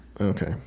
Okay